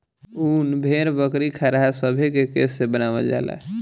उन भेड़, बकरी, खरहा सभे के केश से बनावल जाला